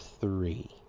three